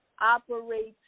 operates